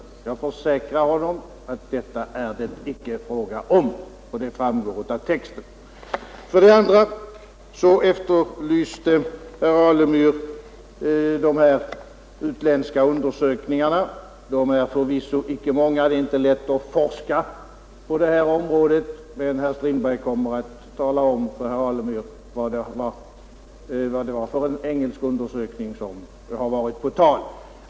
Jag försäkrar honom att detta är det icke fråga om, och det framgår av texten. Vidare efterlyste herr Alemyr de här utländska undersökningarna. De är förvisso icke många — det är inte lätt att forska på det här området — men Herr Strindberg kommer att tala om för Alemyr vad det var för en engelsk undersökning som varit på tal.